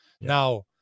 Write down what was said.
now